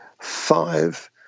five